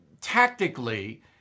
tactically